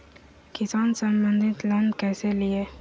किसान संबंधित लोन कैसै लिये?